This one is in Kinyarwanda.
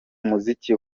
umuziki